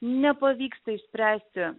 nepavyksta išspręsti